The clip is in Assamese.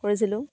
কৰিছিলোঁ